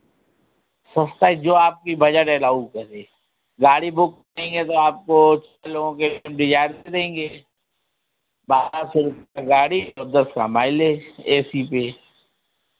सस्ता है जो आपकी बजट एलाउ करे गाड़ी बुक नहीं है तो आपको जितने लोगों के डिज़ायर दे देंगे बारह सौ रुपैया गाड़ी और दस का माइलेज ए सी पे